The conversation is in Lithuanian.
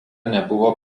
nebuvo